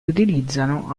utilizzano